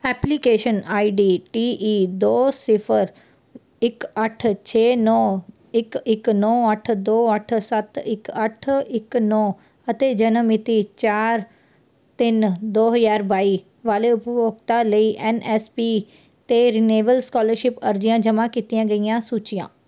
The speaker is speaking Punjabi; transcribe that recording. application I D T E ਦੋ ਸਿਫ਼ਰ ਇੱਕ ਅੱਠ ਛੇ ਨੌਂ ਇੱਕ ਇੱਕ ਨੌਂ ਅੱਠ ਦੋ ਅੱਠ ਸੱਤ ਇੱਕ ਅੱਠ ਇੱਕ ਨੌਂ ਅਤੇ ਜਨਮ ਮਿਤੀ ਚਾਰ ਤਿੰਨ ਦੋ ਹਜ਼ਾਰ ਬਾਈ ਵਾਲੇ ਉਪਭੋਗਤਾ ਲਈ ਐਨ ਐਸ ਪੀ 'ਤੇ ਰਨੇਵਲ ਸਕੋਲਰਸ਼ਿਪ ਅਰਜ਼ੀਆਂ ਜਮ੍ਹਾ ਕੀਤੀਆਂ ਗਈਆਂ ਸੂਚੀਆਂ